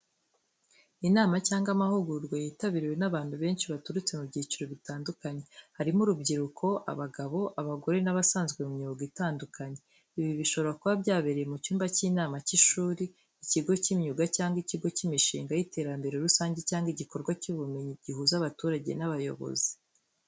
Inama cyangwa amahugurwa yitabiriwe n’abantu benshi baturutse mu byiciro bitandukanye, harimo urubyiruko, abagabo, abagore n'abasanzwe mu myuga itandukanye. Ibi bishobora kuba byabereye mu cyumba cy’inama cy’ishuri, ikigo cy’imyuga cyangwa ikigo cy’imishinga y’iterambere rusange cyangwa igikorwa cy’ubumenyi gihuza abaturage n’abayobozi.